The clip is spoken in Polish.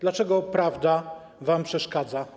Dlaczego prawda wam przeszkadza?